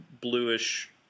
bluish